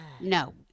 no